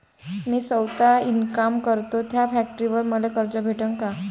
मी सौता इनकाम करतो थ्या फॅक्टरीवर मले कर्ज भेटन का?